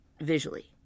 visually